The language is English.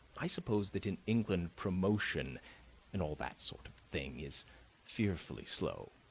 i suppose that in england promotion and all that sort of thing is fearfully slow.